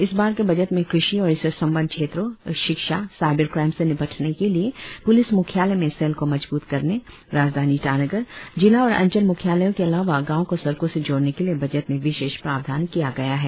इस बार के बजट में कृषि और इससे संबद्ध क्षेत्रों शिक्षा साईबर क्राईम से निपटने के लिए प्लिस मुख्यालय में सेल को मजबुत करने राजधानी ईटानगर जिला और अंचल म्ख्यालयों के अलावा गांवो को सड़कों से जोड़ने के लिए बजट में विशेष प्रावधान किया गया है